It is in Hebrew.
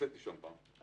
הרציתי שם פעם.